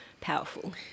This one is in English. powerful